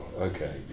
okay